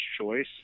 choice